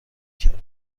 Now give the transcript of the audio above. کرد